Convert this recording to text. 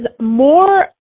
more